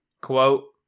quote